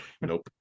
Nope